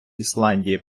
ісландії